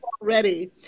already